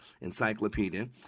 encyclopedia